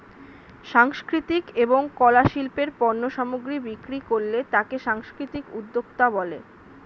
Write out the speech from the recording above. সাংস্কৃতিক এবং কলা শিল্পের পণ্য সামগ্রী বিক্রি করলে তাকে সাংস্কৃতিক উদ্যোক্তা বলে